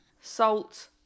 salt